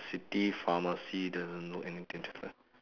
city pharmacy doesn't know anything